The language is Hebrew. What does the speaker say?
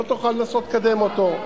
לא תוכל לנסות לקדם אותו.